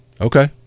Okay